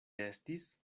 estis